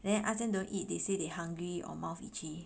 then ask them don't eat they say they hungry or mouth itchy